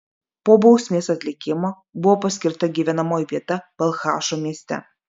po bausmės atlikimo buvo paskirta gyvenamoji vieta balchašo mieste